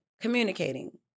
communicating